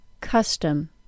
Custom